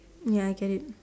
ya I get it